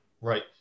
Right